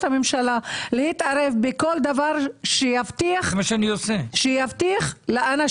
הממשלה להתערב בכל דבר שיבטיח לאנשים